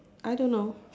I don't know